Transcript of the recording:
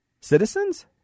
Citizens